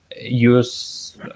use